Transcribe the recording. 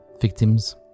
victims